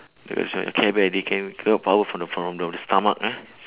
ya sia the care bear already can create power from the from the stomach ah